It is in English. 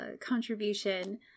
contribution